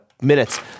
minutes